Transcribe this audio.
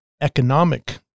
economic